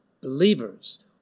believers